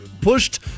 pushed